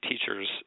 teachers